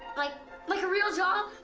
like like a real job?